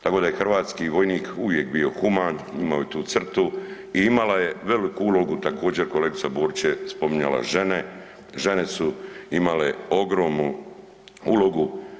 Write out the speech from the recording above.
Tako da je hrvatski vojnik uvijek bio human, imao je tu crtu i imala je veliku ulogu, također kolegica Borić je spominjala žene, žene su imale ogromnu ulogu.